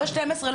לא 12,